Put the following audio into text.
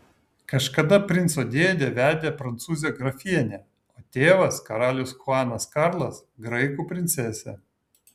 kažkada princo dėdė vedė prancūzę grafienę o tėvas karalius chuanas karlas graikų princesę